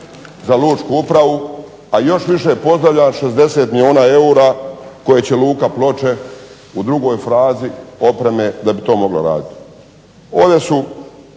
za lučku upravu, a još više pozdravljam 60 milijuna eura koje će Luka Ploče u drugoj frazi opreme da bi to moglo raditi.